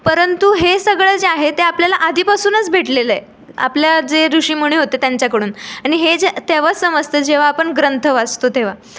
परंतु हे सगळं जे आहे ते आपल्याला आधीपासूनच भेटलेलं आहे आपल्या जे ऋषिमुनी होते त्यांच्याकडून आणि हे जे तेव्हाच समजतं जेव्हा आपण ग्रंथ वाचतो तेव्हा